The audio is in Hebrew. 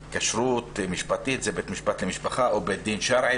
כשרות משפטית זה בית משפט למשפחה או בית דין שרעי